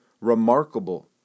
remarkable